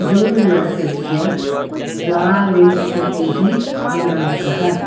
जून् मासस्य द्वाविंशतिः दिनाङ्कः